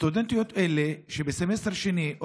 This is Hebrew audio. הסטודנטיות האלה מסיימות בקרוב סמסטר שני,